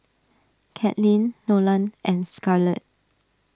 Katlin Nolan and Scarlet